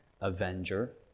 avenger